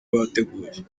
bateguye